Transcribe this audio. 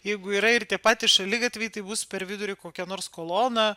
jeigu yra ir tie patys šaligatviai tai bus per vidurį kokia nors kolona